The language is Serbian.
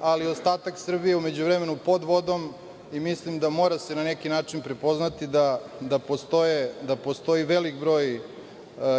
ali ostatak Srbije je u međuvremenu pod vodom i mislim da se mora na neki način prepoznati da postoji veliki broj